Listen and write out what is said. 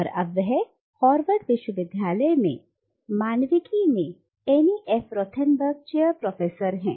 और अब वह हार्वर्ड विश्वविद्यालय में मानविकी में Anne F Rothenberg chair professor हैं